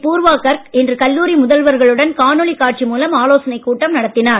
பூர்வா கர்க் இன்று கல்லூரி முதல்வர்களுடன் காணொளி காட்சி மூலம் ஆலோசனைக் கூட்டம் நடத்தினார்